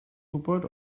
gwybod